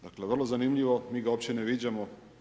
Dakle, vrlo zanimljivo, mi ga uopće ne viđamo.